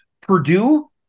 Purdue